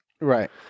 Right